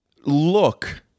Look